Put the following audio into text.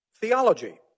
Theology